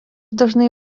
dažnai